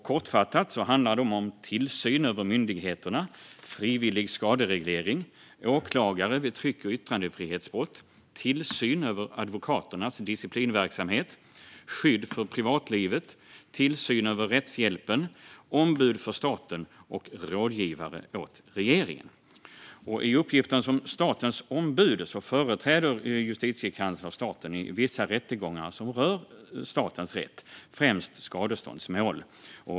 Kortfattat handlar det om tillsyn över myndigheterna, frivillig skadereglering, åklagare vid tryck och yttrandefrihetsbrott, tillsyn över advokaternas disciplinverksamhet, skydd för privatlivet, tillsyn över rättshjälpen, ombud för staten och rådgivare åt regeringen. I uppgiften som statens ombud företräder Justitiekanslern staten i vissa rättegångar som rör statens rätt, främst skadeståndsmål.